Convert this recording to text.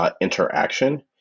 interaction